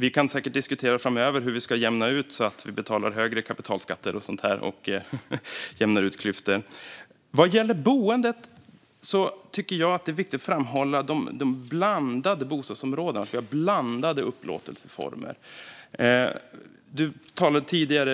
Vi kan säkert framöver diskutera hur vi ska jämna ut klyftor genom att betala högre kapitalskatter och så vidare. Vad gäller boendet tycker jag att det är viktigt att framhålla de blandade bostadsområdena med blandade upplåtelseformer.